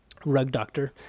rugdoctor